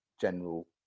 general